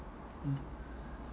mm